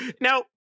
Now